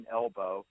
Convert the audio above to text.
elbow